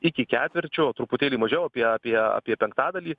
iki ketvirčio truputėlį mažiau apie apie apie penktadalį